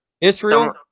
Israel